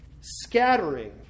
scattering